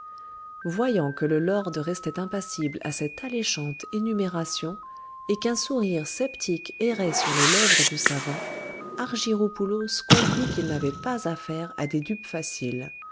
voyant que le lord restait impassible à cette alléchante énumération et qu'un sourire sceptique errait sur les lèvres du savant argyropoulos comprit qu'il n'avait pas affaire à des dupes faciles